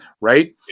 right